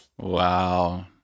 Wow